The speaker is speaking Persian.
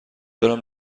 برم